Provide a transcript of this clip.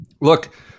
Look